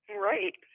Right